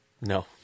No